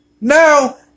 Now